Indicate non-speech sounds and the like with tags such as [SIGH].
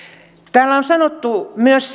täällä on sanottu myös [UNINTELLIGIBLE]